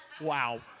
Wow